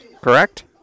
correct